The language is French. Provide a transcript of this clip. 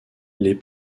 les